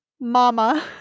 mama